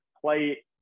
play